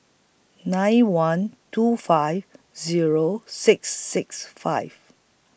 nine one two five Zero six six five